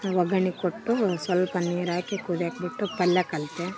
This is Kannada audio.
ಒಗ್ಗರಣೆ ಕೊಟ್ಟು ಸ್ವಲ್ಪ ನೀರು ಹಾಕಿ ಕುದಿಯೋಕ್ ಬಿಟ್ಟು ಪಲ್ಯ ಕಲಿತೆ